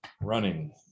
running